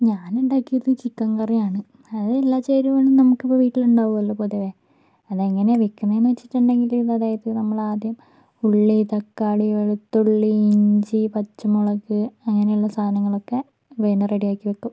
ഞാൻ ഉണ്ടാക്കിയത് ചിക്കൻ കറിയാണ് അത് എല്ലാ ചേരുവകളും നമുക്കിപ്പോൾ വീട്ടിൽ ഉണ്ടാവുമല്ലോ പൊതുവേ അത് എങ്ങനെയാണ് വയ്ക്കുന്നതെന്ന് വച്ചിട്ടുണ്ടെങ്കിൽ അതായത് നമ്മൾ ആദ്യം ഉള്ളി തക്കാളി വെളുത്തുള്ളി ഇഞ്ചി പച്ചമുളക് അങ്ങനെയുള്ള സാധനങ്ങളൊക്കെ വേഗം റെഡിയാക്കി വയ്ക്കും